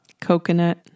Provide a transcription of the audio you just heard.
Coconut